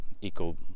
Eco